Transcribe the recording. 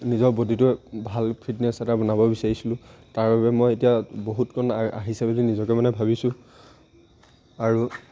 নিজৰ বডিটোৰ ভাল ফিটনেছ এটা বনাব বিচাৰিছিলোঁ তাৰ বাবে মই এতিয়া বহুতকণ আহিছে বুলি নিজকে মানে ভাবিছোঁ আৰু